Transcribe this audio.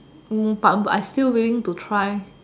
move up but but I still willing to try